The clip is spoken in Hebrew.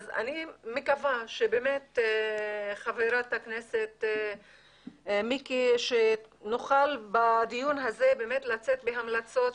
אז אני מקווה שבאמת חה"כ מיקי שנוכל בדיון הזה באמת לצאת בהמלצות,